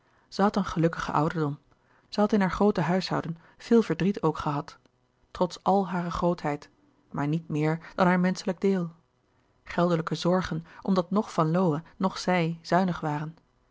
had een gelukkigen ouderdom zij had in haar groote huishouden veel verdriet ook gehad trots al hare grootheid maar niet meer dan haar menschelijk deel geldelijke zorgen omdat noch van lowe noch zij zuinig waren